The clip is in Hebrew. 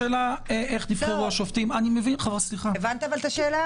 השאלה איך נבחרו השופטים - הבנתי את השאלה.